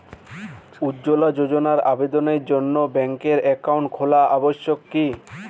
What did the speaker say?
উজ্জ্বলা যোজনার আবেদনের জন্য ব্যাঙ্কে অ্যাকাউন্ট খোলা আবশ্যক কি?